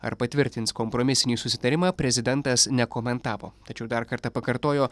ar patvirtins kompromisinį susitarimą prezidentas nekomentavo tačiau dar kartą pakartojo